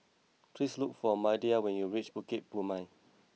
please look for Maida when you reach Bukit Purmei